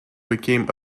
became